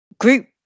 group